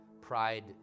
Pride